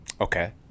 Okay